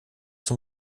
zum